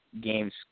games